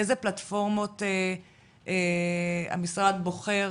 אילו פלטפורמות המשרד בוחר